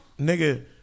nigga